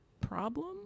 problem